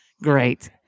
Great